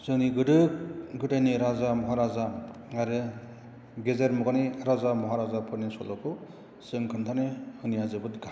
जोंनि गोदो गोदायनि राजा महाराजा आरो गेजेर मुगानि राजा महाराजाफोरनि सल'खौ जों खिन्थानाया होनाया जोबोर गाहाम